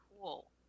cool